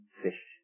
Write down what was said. fish